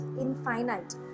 infinite